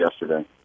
yesterday